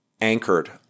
anchored